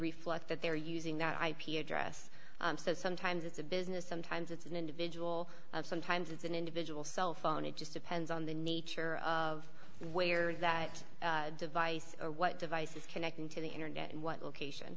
reflect that they're using that ip address so sometimes it's a business sometimes it's an individual sometimes it's an individual cell phone it just depends on the nature of where that device or what device is connecting to the internet and what location